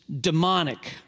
demonic